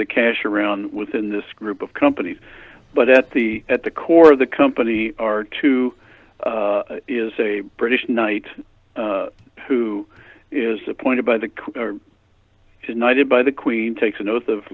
the cash around within this group of companies but at the at the core of the company are two is a british knight who is appointed by the knighted by the queen takes an oath of